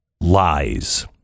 lies